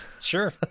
sure